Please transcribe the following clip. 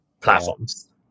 platforms